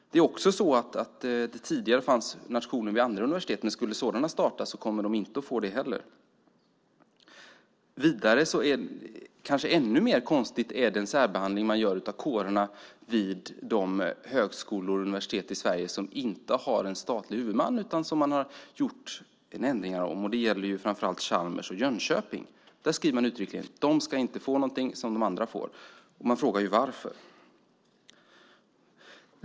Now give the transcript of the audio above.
Det är också så att det tidigare fanns nationer vid andra universitet. Skulle sådana starta kommer de inte att få det heller. Kanske ännu konstigare är den särbehandling man gör av kårerna vid de högskolor och universitet i Sverige som inte har en statlig huvudman. Det gäller framför allt Chalmers och Jönköping. Där skriver man uttryckligen att de inte ska få någonting som de andra får. Man frågar sig varför.